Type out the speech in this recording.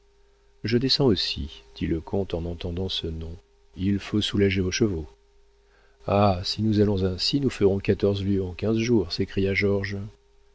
je descends aussi dit le comte en entendant ce nom il faut soulager vos chevaux ah si nous allons ainsi nous ferons quatorze lieues en quinze jours s'écria